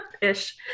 ish